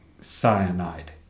cyanide